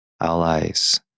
allies